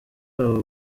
babo